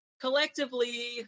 collectively